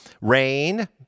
rain